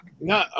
No